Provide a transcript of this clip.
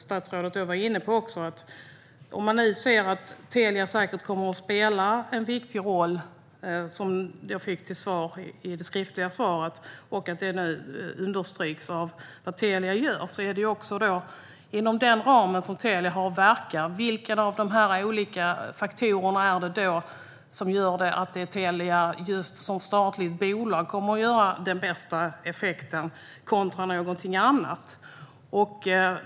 Statsrådet var inne på att Telia säkert kommer att spela en viktig roll - det fick jag som svar också på min skriftliga fråga - och att det understryks av det Telia gör. Vilken av de olika faktorerna, inom den ram där Telia verkar, är det som gör att Telia kommer att få den bästa effekten just som statligt bolag kontra någonting annat?